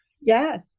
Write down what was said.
Yes